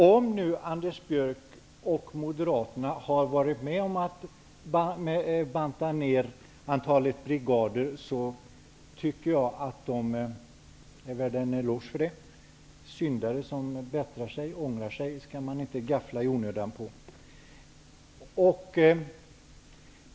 Om Anders Björck och moderaterna har varit med om att banta ned antalet brigader, tycker jag att de är värda en eloge för det. Syndare som bättrar sig skall man inte gaffla på i onödan.